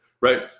right